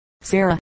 Sarah